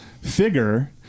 figure